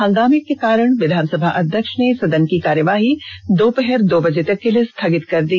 हंगामें के कारण विधानसभा अध्यक्ष ने सदन की कार्यवाही दोपहर दो बजे तक के लिए स्थगित कर दी